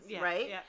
right